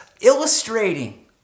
illustrating